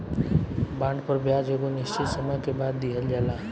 bond पर ब्याज एगो निश्चित समय के बाद दीहल जाला